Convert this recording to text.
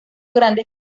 graves